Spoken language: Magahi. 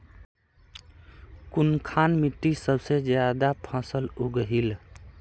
कुनखान मिट्टी सबसे ज्यादा फसल उगहिल?